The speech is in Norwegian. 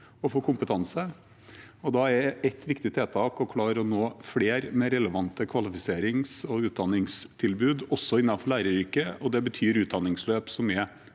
og for kompetanse. Da er ett viktig tiltak å klare å nå flere med relevante kvalifiserings- og utdanningstilbud, også innenfor læreryrket, og det betyr utdanningsløp som